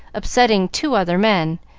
upsetting two other men,